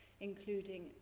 including